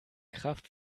kraft